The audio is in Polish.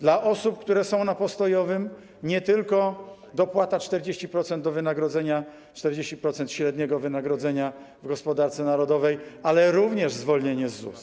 Dla osób, które są na postojowym - nie tylko dopłata 40% do wynagrodzenia, 40% średniego wynagrodzenia w gospodarce narodowej, ale również zwolnienie z ZUS.